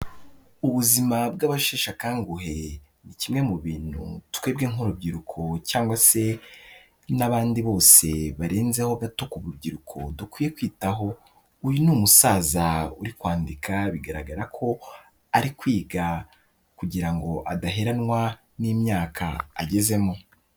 Ubuzima bw'abasheshe akanguhe ni kimwe mu bintu twebwe nk'urubyiruko cyangwa se n'abandi bose barenzeho gato ku rubyiruko dukwiye kwitaho, uyu ni umusaza uri kwandika bigaragara ko ari kwiga kugira ngo adaheranwa n'imyaka agezemo.